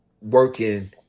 working